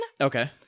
Okay